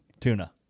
tuna